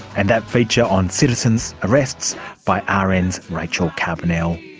and that feature on citizen's arrests by ah rn's rachel carbonell.